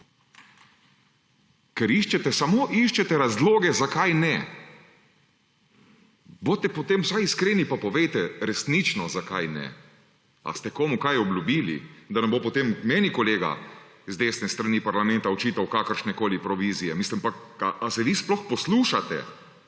ker iščete samo razloge, zakaj ne. Bodite potem vsaj iskreni pa resnično povejte, zakaj ne. Ali ste komu kaj obljubili? Da ne bo potem meni kolega z desne strani parlamenta očital kakršnekoli provizije. Ali se vi sploh poslušate?